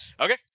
Okay